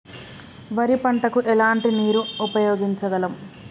వరి పంట కు ఎలాంటి నీరు ఉపయోగించగలం?